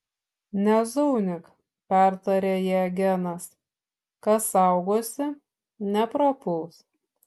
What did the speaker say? nezaunyk pertarė ją genas kas saugosi neprapuls